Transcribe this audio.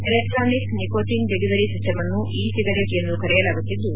electronic nicotine delivery system ಅನ್ನು e cigarette ಎಂದು ಕರೆಯಲಾಗುತ್ತಿದ್ಲು